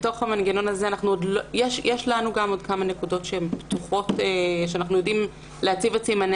יש עוד כמה נקודות פתוחות שאנחנו יודעים להציב את סימני